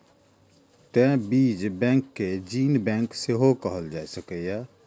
तें बीज बैंक कें जीन बैंक सेहो कहल जा सकैए